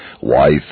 Wife